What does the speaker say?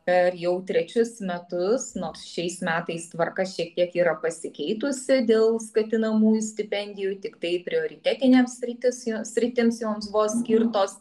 per jau trečius metus nors šiais metais tvarka šiek tiek yra pasikeitusi dėl skatinamųjų stipendijų tiktai prioritetinėms sritis jos sritims joms buvo skirtos